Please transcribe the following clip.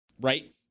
right